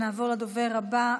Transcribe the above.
ונעבור לדובר הבא,